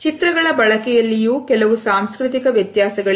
ಚಿತ್ರಗಳ ಬಳಕೆಯಲ್ಲಿಯೂ ಕೆಲವು ಸಾಂಸ್ಕೃತಿಕ ವ್ಯತ್ಯಾಸಗಳಿವೆ